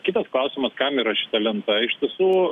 kitas klausimas kam yra šita lenta iš tiesų